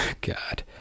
God